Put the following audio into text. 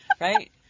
Right